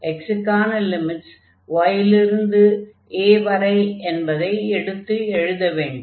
x க்கான limits y லிருந்து a வரை என்பதை எடுத்து எழுத வேண்டும்